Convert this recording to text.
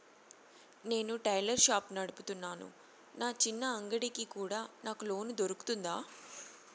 నేను tailor shop నడుపుతున్నాను, నా చిన్న అంగడి కి కూడా నాకు లోను దొరుకుతుందా?